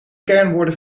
kernwoorden